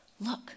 Look